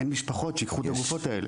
אין משפחות שייקחו את הגופות האלה.